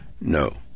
No